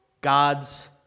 God's